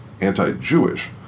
anti-Jewish